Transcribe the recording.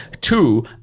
two